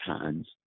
hands